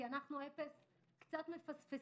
כי אנחנו קצת מפספסים,